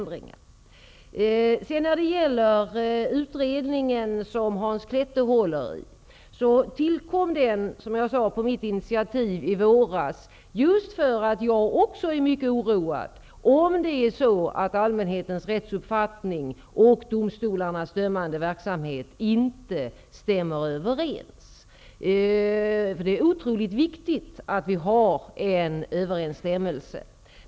Den utredning som Hans Klette genomför tillkom, som jag sade, på mitt initiativ i våras just därför att också jag är mycket oroad över om allmänhetens rättsuppfattning och domstolarnas dömande verksamhet inte stämmer överens. Det är oerhört viktigt att vi har en sådan överensstämmelse.